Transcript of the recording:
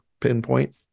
pinpoint